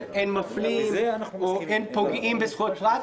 "אין מפלים" או "אין פוגעים בזכויות פרט",